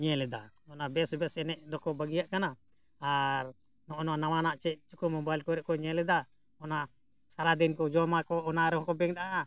ᱧᱮᱞ ᱮᱫᱟ ᱚᱱᱟ ᱵᱮᱥ ᱵᱮᱥ ᱮᱱᱮᱡ ᱫᱚᱠᱚ ᱵᱟᱹᱜᱤᱭᱟᱜ ᱠᱟᱱᱟ ᱟᱨ ᱱᱚᱜᱼᱚᱭ ᱱᱟᱣᱟᱱᱟᱜ ᱪᱮᱫ ᱠᱚ ᱢᱳᱵᱟᱭᱤᱞ ᱠᱚᱨᱮ ᱠᱚ ᱧᱮᱞ ᱮᱫᱟ ᱚᱱᱟ ᱥᱟᱨᱟᱫᱤᱱ ᱠᱚ ᱡᱚᱢᱟ ᱠᱚ ᱚᱱᱟ ᱨᱮᱦᱚᱸ ᱵᱮᱸᱜᱮᱫᱟᱜᱼᱟ